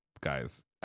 guys